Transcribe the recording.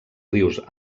rius